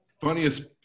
Funniest